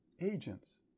Agents